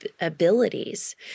abilities